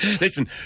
Listen